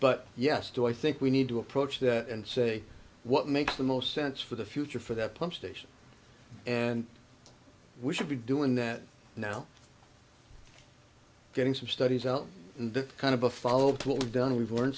but yes do i think we need to approach that and say what makes the most sense for the future for that pump station and we should be doing that now getting some studies out and kind of a follow pull done we've learned